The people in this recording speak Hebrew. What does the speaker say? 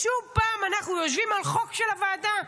שוב פעם אנחנו יושבים על חוק של הוועדה.